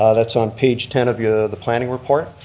ah that's on page ten of yeah the planning report.